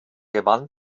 gewann